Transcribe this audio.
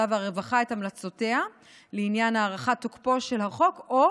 והרווחה את המלצותיה לעניין הארכת תוקפו של החוק או,